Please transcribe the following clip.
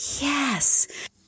Yes